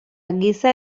giza